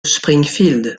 springfield